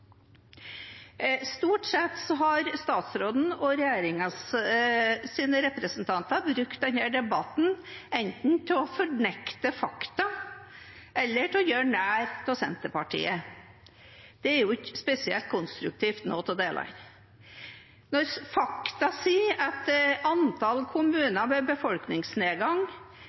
Stort sett har statsråden og regjeringens representanter brukt denne debatten enten til å fornekte fakta eller til å gjøre narr av Senterpartiet. Det er jo ikke spesielt konstruktivt noen av delene. Når fakta sier at antall kommuner med befolkningsnedgang